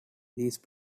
these